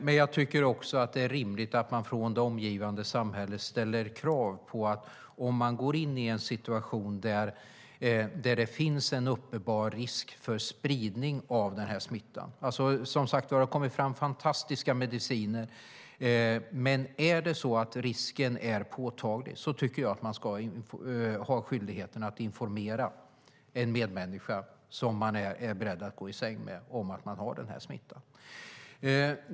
Men jag tycker att det är rimligt att man från det omgivande samhället ställer krav på en som går in i en situation som medför en uppenbar risk för spridning av smittan. Det har kommit fram fantastiska mediciner. Men om risken för smitta är påtaglig tycker jag att man ska ha skyldigheten att informera en medmänniska som man är beredd att gå i säng med om att man har en smitta.